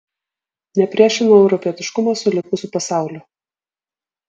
nepriešinu europietiškumo su likusiu pasauliu